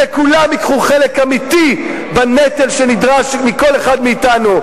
שכולם ייקחו חלק אמיתי בנטל שנדרש מכל אחד מאתנו.